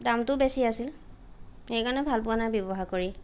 দামটোও বেছি আছিল সেইকাৰণে ভাল পোৱা নাই ব্যৱহাৰ কৰি